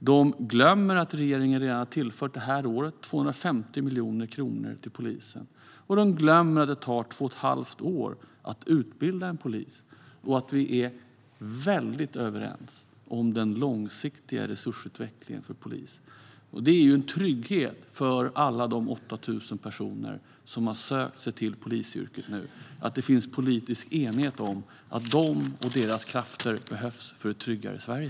De glömmer att regeringen redan det här året har tillfört 250 miljoner kronor till polisen. De glömmer också att det tar två och ett halvt år att utbilda en polis och att vi är väldigt överens om den långsiktiga resursutvecklingen för polisen. Det är en trygghet för alla de 8 000 personer som har sökt sig till polisyrket nu att det finns politisk enighet om att de och deras krafter behövs för ett tryggare Sverige.